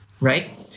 right